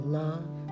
love